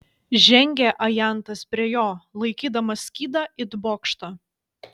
žengė ajantas prie jo laikydamas skydą it bokštą